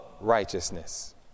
righteousness